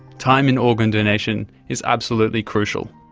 time in organ donation is absolutely crucial.